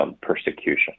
persecution